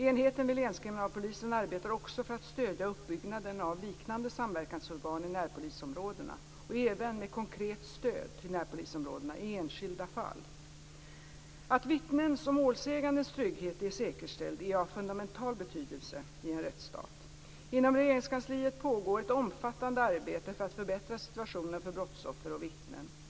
Enheten vid länskriminalpolisen arbetar också för att stödja uppbyggnaden av liknande samverkansorgan i närpolisområdena och även med konkret stöd till närpolisområdena i enskilda fall. Att vittnens och målsägandens trygghet är säkerställd är av fundamental betydelse i en rättsstat. Inom Regeringskansliet pågår ett omfattande arbete för att förbättra situationen för brottsoffer och vittnen.